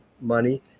money